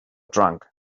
trunk